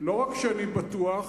לא רק שאני בטוח,